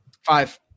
Five